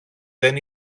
δεν